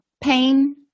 pain